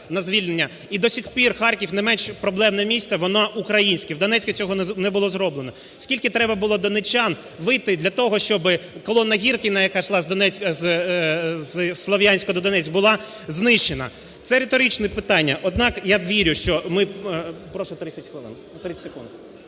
і до сих пір Харків найменш проблемне місто, воно – українське, а в Донецьку цього не було зроблено. Скільки треба було донеччан вийти для того, щоб колона Гіркіна, яка йшла зі Слов'янська до Донецька, була знищена? Це риторичне питання,